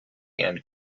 and